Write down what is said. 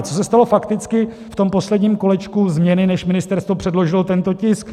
Co se stalo fakticky v tom posledním kolečku změny, než ministerstvo předložilo tento tisk?